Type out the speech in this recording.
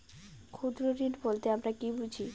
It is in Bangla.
ক্ষুদ্র ঋণ বলতে আমরা কি বুঝি?